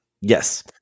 Yes